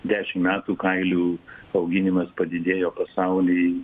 dešim metų kailių auginimas padidėjo pasauly